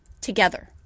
together